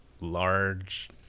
large